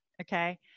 Okay